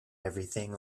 everything